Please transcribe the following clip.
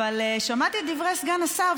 אבל שמעתי את דברי סגן השר,